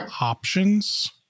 options